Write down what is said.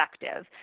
effective